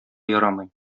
ярамый